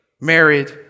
married